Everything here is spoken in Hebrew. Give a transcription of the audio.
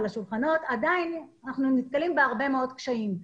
עדיין אנחנו נתקלים בהרבה מאוד קשיים.